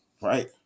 right